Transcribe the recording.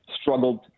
struggled